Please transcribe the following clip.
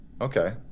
Okay